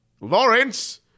Lawrence